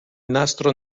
nastro